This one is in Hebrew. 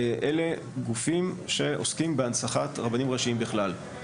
אלה גופים שעוסקים בהנצחת רבנים ראשיים בכלל.